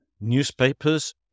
newspapers